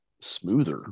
smoother